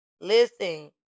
Listen